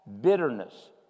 bitterness